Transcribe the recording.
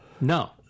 No